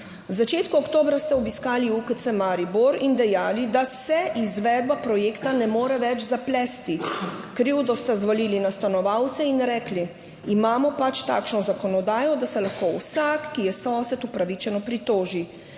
začetku oktobra ste obiskali UKC Maribor in dejali, da se izvedba projekta ne more več zaplesti. Krivdo ste zvalili na stanovalce in rekli: »Imamo pač takšno zakonodajo, da se lahko vsak, ki je sosed, upravičeno pritoži.